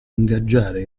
ingaggiare